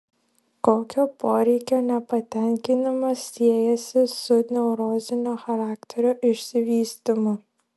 kokio poreikio nepatenkinimas siejasi su neurozinio charakterio išsivystymu